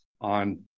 on